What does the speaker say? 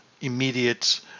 immediate